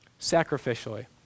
sacrificially